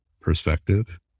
perspective